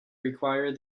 require